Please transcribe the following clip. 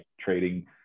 trading